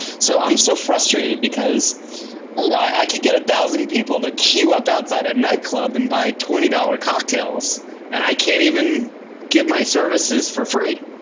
so i'm so frustrated because i could get one thousand people to cue up outside a night club and buy twenty dollars cocktails and i can't even give my services for free.